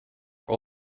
were